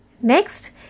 Next